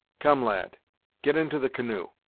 come, lad get into the canoe,